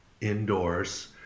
indoors